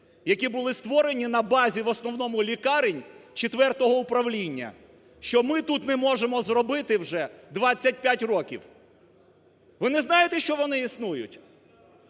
які були створені на базі в основному лікарень четвертого управління, що ми тут не можемо зробити вже 25 років. Ви не знаєте, що вони існують?